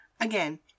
again